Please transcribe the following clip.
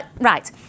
Right